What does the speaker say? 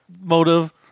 motive